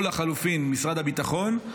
או לחלופין משרד הביטחון,